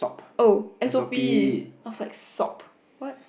oh S_O_P I was like sop what